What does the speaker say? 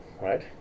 right